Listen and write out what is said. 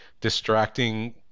distracting